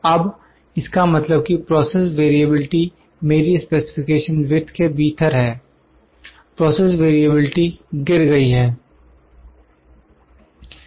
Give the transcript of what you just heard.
अब इसका मतलब कि प्रोसेस वेरिएबलटी मेरी स्पेसिफिकेशन विथ के भीतर है प्रोसेस वेरिएबलटी गिर गई है